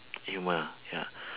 humour ah ya